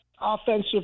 offensive